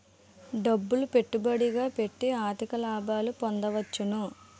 డబ్బులు పెట్టుబడిగా పెట్టి అధిక లాభాలు పొందవచ్చును